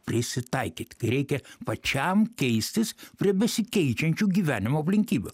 prisitaikyt kai reikia pačiam keistis prie besikeičiančių gyvenimo aplinkybių